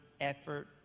effort